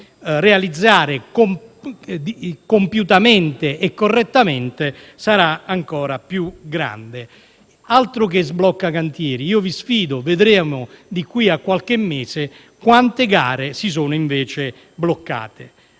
realizzare compiutamente e correttamente sarà ancora più grande. Altro che sblocca cantieri! Vi sfido: vedremo di qui a qualche mese quante gare si sono invece bloccate.